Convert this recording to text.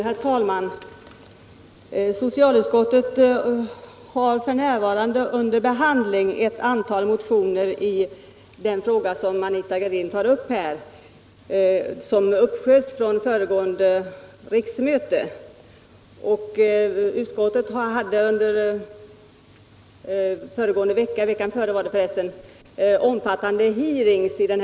Herr talman! Socialutskottet har f. n. under behandling ett antal motioner i den fråga som Anita Gradin här tar upp. Frågan har skjutits upp från föregående riksmöte. För ett par veckor sedan hade utskottet ingående hearings i ärendet.